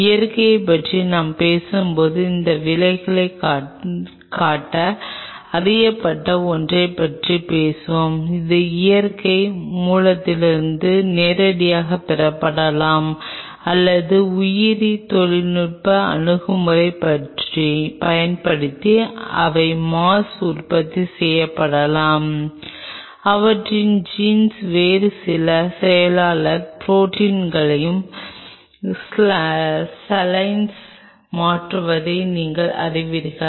இயற்கையைப் பற்றி நாம் பேசும்போது இந்த விளைவைக் காட்ட அறியப்பட்ட ஒன்றைப் பற்றி பேசுவோம் இது இயற்கை மூலங்களிலிருந்து நேரடியாகப் பெறப்படலாம் அல்லது உயிரி தொழில்நுட்ப அணுகுமுறையைப் பயன்படுத்தி அவை மாஸ் உற்பத்தி செய்யப்படலாம் அவற்றின் ஜீன்ஸ் வேறு சில செயலாளர் ப்ரோடீன்களுக்கு ஷாலன்'ஸ் saline's மாற்றுவதை நீங்கள் அறிவீர்கள்